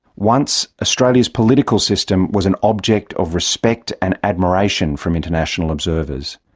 once, australia's political system was an object of respect and admiration from international observers.